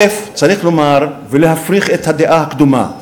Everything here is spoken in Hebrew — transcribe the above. צריך לומר ולהפריך את הדעה הקדומה: